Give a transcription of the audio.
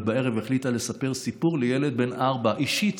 ובערב החליטה לספר סיפור לילד בן ארבע באופן אישי.